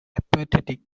apathetic